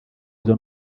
izo